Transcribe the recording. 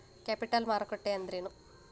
Capital ಮಾರುಕಟ್ಟಿ ಅಂದ್ರೇನ?